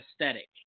aesthetic